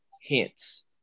hints